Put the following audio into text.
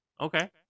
Okay